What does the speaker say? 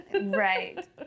Right